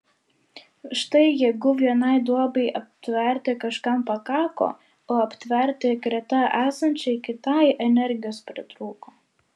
štai jėgų vienai duobei aptverti kažkam pakako o aptverti greta esančiai kitai energijos pritrūko